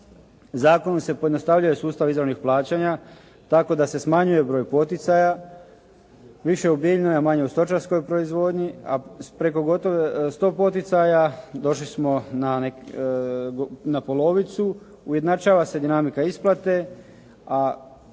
Zakonom se pojednostavljuje sustav izravnih plaćanja tako da se smanjuje broj poticaja, više u biljnoj a manje u stočarskoj proizvodnji a preko gotovo 100 poticaja došli smo na polovicu. Ujednačava se dinamika isplate,